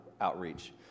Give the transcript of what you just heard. outreach